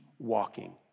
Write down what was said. walking